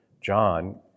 John